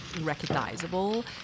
recognizable